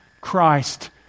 Christ